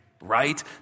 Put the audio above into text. Right